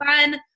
fun